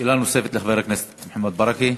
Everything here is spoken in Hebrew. שאלה נוספת לחבר הכנסת מוחמד ברכה.